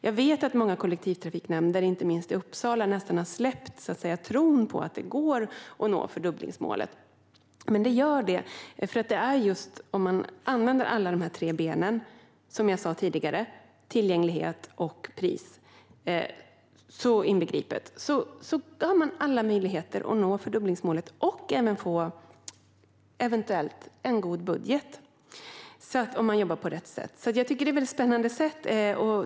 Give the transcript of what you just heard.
Jag vet att många kollektivtrafiknämnder, inte minst i Uppsala, nästan har släppt tron på att det går att nå fördubblingsmålet. Men det går. Om man använder alla de tre ben som jag nämnde tidigare, inbegripet tillgänglighet och pris, har man alla möjligheter att nå fördubblingsmålet och eventuellt även få en god budget om man jobbar på rätt sätt. Detta är spännande.